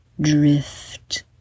drift